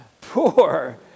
poor